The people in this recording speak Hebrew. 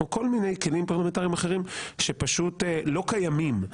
או כל מיני כלים פרלמנטריים אחרים שפשוט לא קיימים.